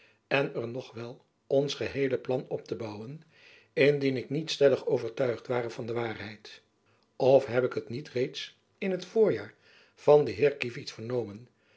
en er nog wel ons geheele plan op te bouwen indien ik niet stellig overtuigd ware van de waarheid of heb ik het niet reeds in t voorjaar van den heer kievit vernomen